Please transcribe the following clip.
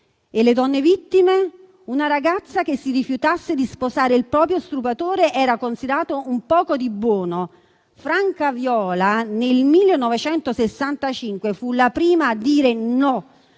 E le donne vittime? Una ragazza che si rifiutasse di sposare il proprio stupratore era considerata una poco di buono. Franca Viola, nel 1965, fu la prima a dire "no",